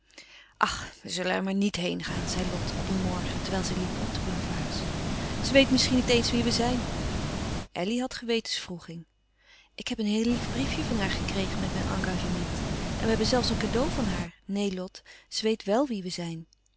we zullen er maar niet heen gaan zei lot op een morgen terwijl zij liepen op de boulevards ze weet misschien niet eens wie we zijn elly had gewetenswroeging ik heb een heel lief briefje van haar gekregen met mijn engagement en we hebben zelfs een cadeau van haar neen lot ze weet wèl wie we zijn